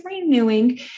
renewing